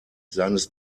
seines